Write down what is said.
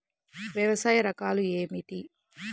వ్యవసాయ రకాలు ఏమిటి?